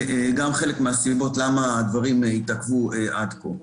וגם חלק מהסיבות למה הדברים התעכבו עד כה.